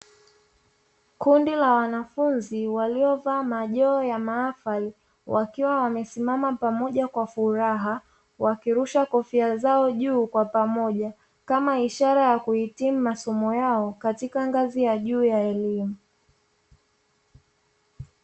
Kundi la wanafunzi waliovaa majoo ya maafali wakiwa wamesimama pamoja kwa furaha wakirusha kofia zao juu kwa pamoja kama ishara ya kuhitimu masomo yao katika ngazi ya juu ya elimu.